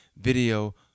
video